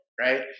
Right